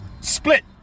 Split